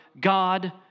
God